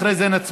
אחרי זה נצביע.